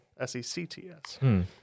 S-E-C-T-S